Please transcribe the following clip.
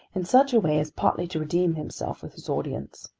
in such a way as partly to redeem himself with his audience.